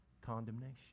condemnation